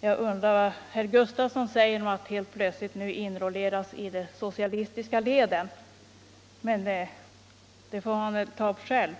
Jag undrar vad herr Gustafsson i Säffle säger om att nu helt plötsligt enrolleras i de socialistiska leden. Men det får han väl ta upp själv.